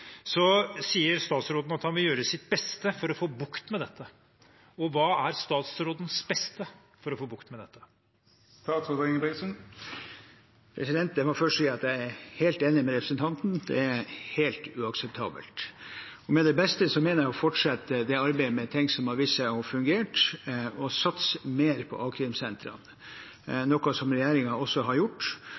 sier at han vil gjøre sitt beste for å få bukt med dette. Hva er statsrådens «beste» for å få bukt med dette? Jeg må først si at jeg er helt enig med representanten – det er helt uakseptabelt. Med mitt beste mener jeg å fortsette arbeidet med ting som har vist seg å fungere, og å satse mer på a-krimsentrene, noe regjeringen også har gjort.